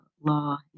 law